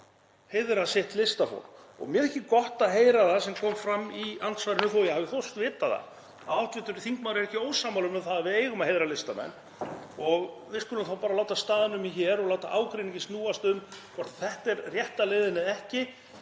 allar sitt listafólk. Mér þykir gott að heyra það sem kom fram í andsvarinu, þó að ég hafi þóst vita það, við hv. þingmaður er ekki ósammála um að við eigum að heiðra listamenn. Við skulum þá bara láta staðar numið hér og láta ágreininginn snúast um hvort þetta er rétta leiðin eða ekki.